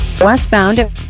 Westbound